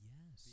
Yes